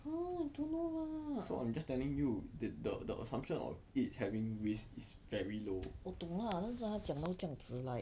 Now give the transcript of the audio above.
!huh! I don't know lah 我懂 lah 但是她讲到这样子 like